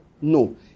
No